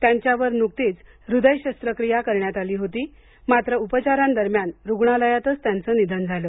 त्यांच्यावर नुकतीच हृदय शस्त्रक्रिया करण्यात आली होती मात्र उपचारा दरम्यान रुग्णालयातच त्यांचं निधन झालं